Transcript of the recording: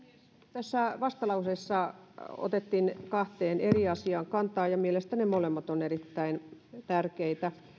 tässä vastalauseessa otettiin kahteen eri asiaan kantaa ja mielestäni ne molemmat ovat erittäin tärkeitä